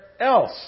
else